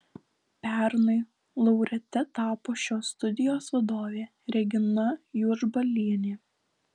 pernai laureate tapo šios studijos vadovė regina juodžbalienė